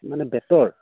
মানে বেটৰ